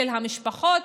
של המשפחות,